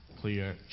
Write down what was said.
clear